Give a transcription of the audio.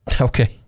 Okay